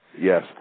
yes